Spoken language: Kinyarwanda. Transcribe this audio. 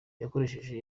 yakoresheje